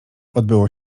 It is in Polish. odbyło